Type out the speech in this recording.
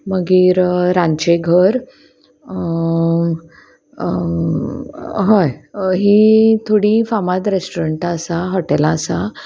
मागीर रांदचें घर हय हीं थोडीं फामाद रेस्टोरंटां आसा हॉटेलां आसा